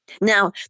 Now